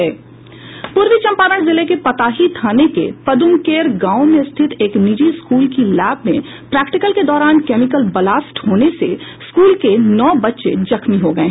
पूर्वी चंपारण जिले के पताही थाने के पदुमकेर गांव में स्थित एक निजी स्कूल की लैब में प्रैक्टिकल के दौरान केमिकल ब्लास्ट होने से स्कूल के नौ बच्चे जख्मी हो गये